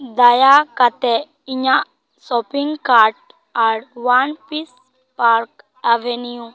ᱫᱟᱭᱟ ᱠᱟᱛᱮ ᱤᱧᱟᱹᱜ ᱥᱚᱯᱤᱝ ᱠᱟᱟᱰ ᱟᱨ ᱚᱣᱟᱱ ᱯᱤᱥ ᱯᱟᱨ ᱮᱵᱷᱮᱱᱤᱭᱩ